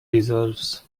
deserves